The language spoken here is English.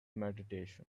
meditation